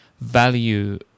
value